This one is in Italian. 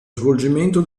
svolgimento